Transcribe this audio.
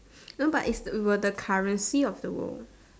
no but is were the currency of the world